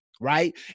right